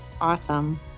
awesome